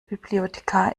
bibliothekar